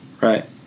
right